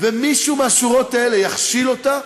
ומישהו מהשורות האלה יכשיל אותה,